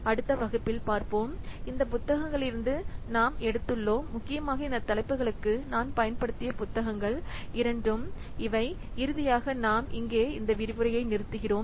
அடுத்த வகுப்பில் நாம் பார்ப்போம் இந்த புத்தகங்களிலிருந்து நாம் எடுத்துள்ளோம் முக்கியமாக இந்த தலைப்புகளுக்கு நான் பயன்படுத்திய புத்தகங்கள் இரண்டும் இவை இறுதியாக நாம் இங்கே இந்த விரிவுரை நிறுத்துகிறோம்